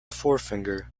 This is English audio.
forefinger